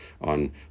on